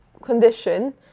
condition